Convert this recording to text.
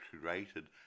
created